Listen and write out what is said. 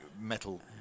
metal